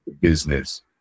business